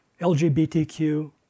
LGBTQ